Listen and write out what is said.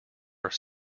are